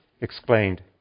explained